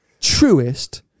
truest